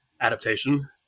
adaptation